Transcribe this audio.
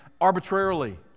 arbitrarily